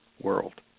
world